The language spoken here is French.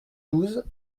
douze